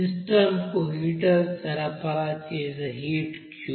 system కు heater సరఫరా చేసే హీట్ Q